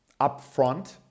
upfront